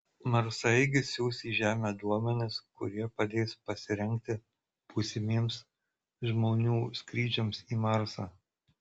marsaeigis siųs į žemę duomenis kurie padės pasirengti būsimiems žmonių skrydžiams į marsą